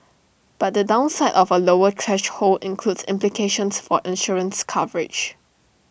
but the downside of A lower threshold includes implications for insurance coverage